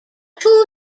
two